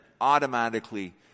automatically